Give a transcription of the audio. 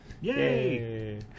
Yay